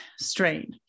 strain